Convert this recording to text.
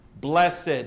blessed